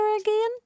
again